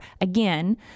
Again